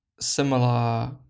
similar